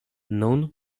nun